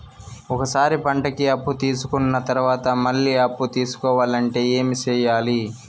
ఒక సారి పంటకి అప్పు తీసుకున్న తర్వాత మళ్ళీ అప్పు తీసుకోవాలంటే ఏమి చేయాలి?